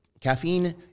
Caffeine